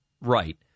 Right